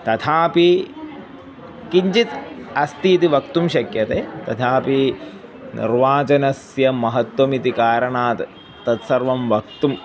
तथापि किञ्चित् अस्ति इति वक्तुं शक्यते तथापि निर्वाचनस्य महत्वम् इति कारणात् तत्सर्वं वक्तुम्